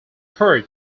heard